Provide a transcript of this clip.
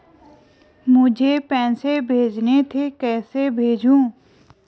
मुझे पैसे भेजने थे कैसे भेजूँ?